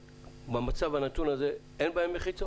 שבמצב הנתון הזה אין בהם מחיצות?